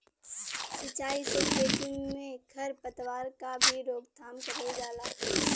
सिंचाई से खेती में खर पतवार क भी रोकथाम करल जाला